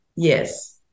yes